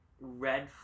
Red